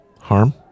Harm